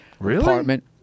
apartment